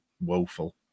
woeful